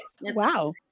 Wow